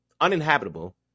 uninhabitable